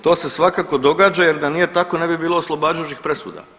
To se svakako događa jel da nije tako ne bi bilo oslobađajućih presuda.